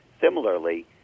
Similarly